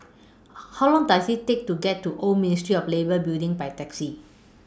How Long Does IT Take to get to Old Ministry of Labour Building By Taxi